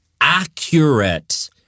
accurate